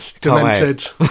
demented